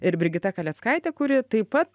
ir brigita kaleckaite kuri taip pat